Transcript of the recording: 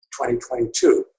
2022